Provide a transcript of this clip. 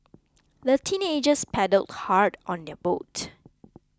the teenagers paddled hard on their boat